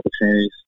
opportunities